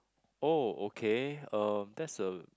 oh okay um that's a